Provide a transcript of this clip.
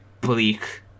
bleak